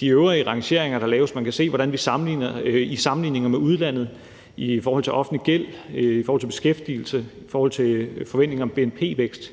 de øvrige rangeringer, der laves. Man kan se, hvordan vi i sammenligning med andre lande i forhold til offentlig gæld, i forhold til beskæftigelse og i forhold til forventninger om bnp-vækst